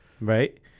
Right